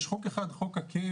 יש חוק אחד, חוק הקאפ,